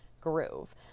groove